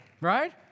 right